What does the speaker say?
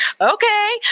okay